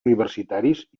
universitaris